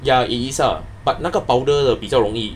ya it is ah but 那个 powder 比较容易